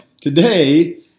today